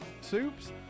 soups